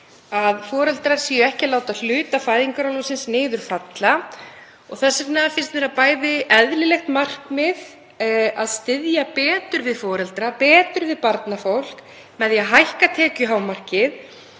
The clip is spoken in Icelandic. að foreldrar láti ekki hluta fæðingarorlofsins niður falla. Þess vegna finnst mér eðlilegt markmið að styðja betur við foreldra, betur við barnafólk, með því að hækka tekjuhámarkið